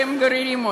שהם גוררים.